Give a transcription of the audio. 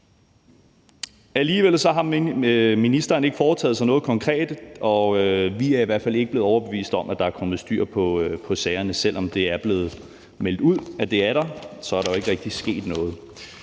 Alligevel har ministeren ikke foretaget sig noget konkret, og vi er i hvert fald ikke blevet overbevist om, at der er kommet styr på sagerne. Selv om det er blevet meldt ud, at det er der, så er der jo ikke rigtig sket noget.